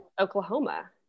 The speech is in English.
Oklahoma